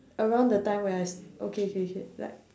around the time where I s~ okay okay shit like